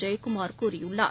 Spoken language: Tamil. ஜெயகுமார் கூறியுள்ளார்